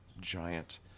giant